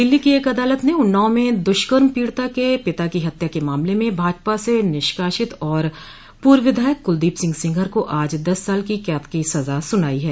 दिल्ली की एक अदालत ने उन्नाव में दुष्कर्म पीडिता के पिता की हत्या के मामले में भाजपा से निष्कासित और पूर्व विधायक कुलदीप सिंह सेंगर को आज दस साल की कैद की सजा सुनाई है